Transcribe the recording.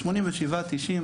87 90,